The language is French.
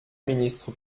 ministre